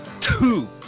two